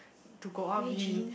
to go out with you you